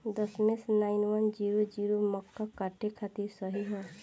दशमेश nine one zero zero मक्का काटे खातिर सही ह?